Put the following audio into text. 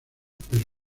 pero